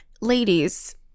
Ladies